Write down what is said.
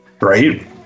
Right